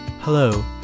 Hello